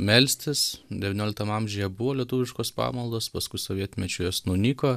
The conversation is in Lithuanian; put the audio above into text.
melstis devynioliktam amžiuje buvo lietuviškos pamaldos paskui sovietmečiu jos nunyko